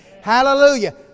Hallelujah